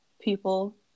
people